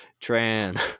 Tran